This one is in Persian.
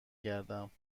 گردم